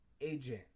agent